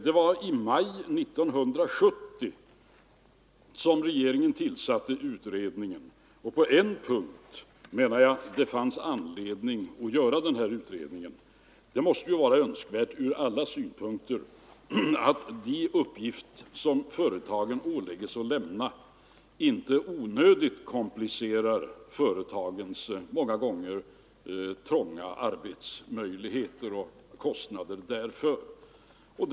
Det var i maj 1970 som regeringen tillsatte utredningen, och på en punkt menar jag att det fanns anledning att göra den utredningen. Det måste ju vara önskvärt ur alla synpunkter att de uppgifter som företagen åläggs att lämna inte onödigtvis inkräktar på deras många gånger trånga arbetsmöjligheter och vållar dem kostnader.